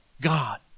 God